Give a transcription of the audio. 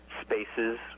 spaces